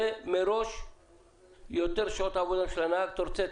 זה מראש יותר שעות עבודה של הנהג; אתה רוצה,